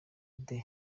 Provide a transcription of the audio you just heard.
day